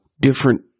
different